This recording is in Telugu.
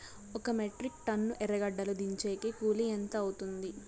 ఒక మెట్రిక్ టన్ను ఎర్రగడ్డలు దించేకి కూలి ఎంత అవుతుంది?